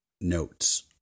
notes